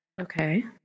Okay